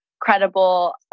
Credible